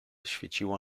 świeciło